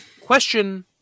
Question